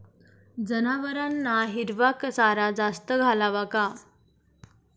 जनावरांना हिरवा चारा जास्त घालावा का?